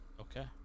okay